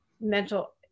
mental